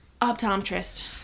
optometrist